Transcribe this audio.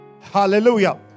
Hallelujah